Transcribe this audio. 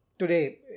Today